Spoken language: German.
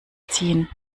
ziehen